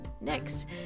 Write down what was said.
next